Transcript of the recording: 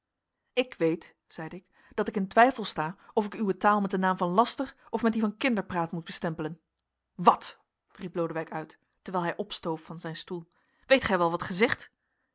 ik weet zeide ik dat ik in twijfel sta of ik uwe taal met den naam van laster of met dien van kinderpraat moet bestempelen wat riep lodewijk uit terwijl hij opstoof van zijn stoel weet gij wel wat